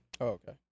okay